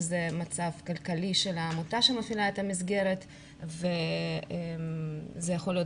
זה יכול להיות מצב כלכלי של העמותה שמפעילה את המסגרת וזה יכול להיות